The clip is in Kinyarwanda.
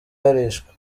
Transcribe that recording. yarishwe